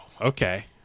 okay